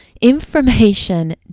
Information